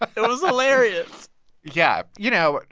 it was hilarious yeah. you know,